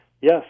Yes